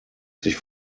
sich